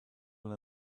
will